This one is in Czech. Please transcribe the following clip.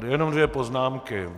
Jenom dvě poznámky.